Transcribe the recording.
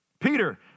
Peter